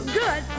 good